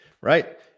Right